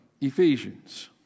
Ephesians